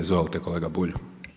Izvolite kolega Bulj.